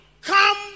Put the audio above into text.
Come